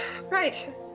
right